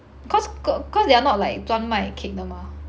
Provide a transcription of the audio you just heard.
sco~ cause they are not like 专卖 cake 的 mah